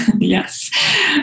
Yes